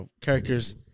characters